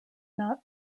not